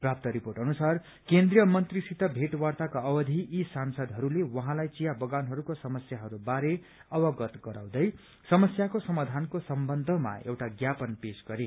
प्राप्त रिपोर्ट अनुसार केन्द्रीय मन्त्रीसित भेटवार्ताको अवधि यी सांसदहरूले उहाँलाई चिया बगानहरूको समस्याहरू बारे अवगत गराउँदै समस्याको समाधानको सम्बन्धमा एउटा ज्ञापन पेश गरे